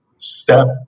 step